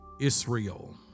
Israel